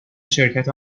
شرکت